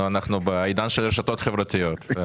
אנחנו בעידן של רשתות חברתיות.